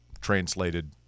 translated